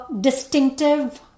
distinctive